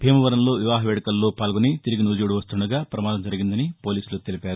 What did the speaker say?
భీమవరంలో వివాహ వేదుకల్లో పాల్గొని తిరిగి నూజివీడు వస్తుండగా ప్రమాదం జరిగిందని పోలీసులు తెలిపారు